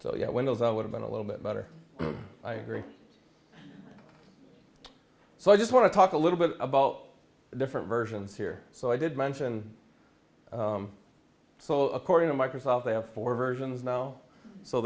know windows i would've been a little bit better i agree so i just want to talk a little bit about the different versions here so i did mention so according to microsoft they have four versions now so